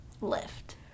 left